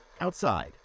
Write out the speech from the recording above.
outside